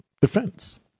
defense